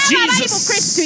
Jesus